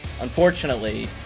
unfortunately